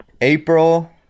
April